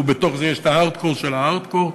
ובתוך זה יש ה-hardcore של ה- hardcore.